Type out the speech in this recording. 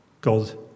God